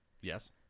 Yes